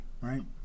right